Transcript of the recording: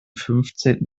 fünfzehnten